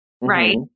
right